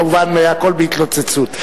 כמובן הכול בהתלוצצות.